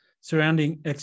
surrounding